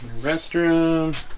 restrooms